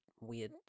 weird